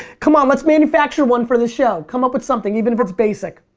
come on, let's manufacture one for the show. come up with something even if it's basic.